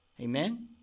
Amen